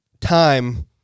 time